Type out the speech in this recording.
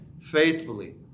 faithfully